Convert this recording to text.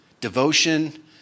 devotion